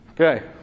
Okay